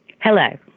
Hello